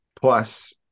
Plus